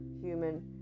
human